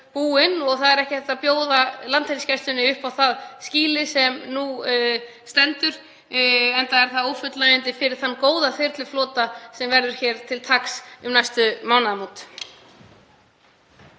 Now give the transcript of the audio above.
Það er ekki hægt að bjóða Landhelgisgæslunni upp á það skýli sem nú stendur enda er það ófullnægjandi fyrir þann góða þyrluflota sem verður hér til taks um næstu mánaðamót.